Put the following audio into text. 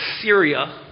Syria